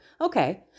okay